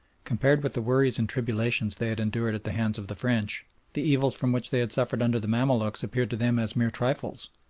compared with the worries and tribulations they had endured at the hands of the french the evils from which they had suffered under the mamaluks appeared to them as mere trifles.